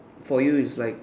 for you is like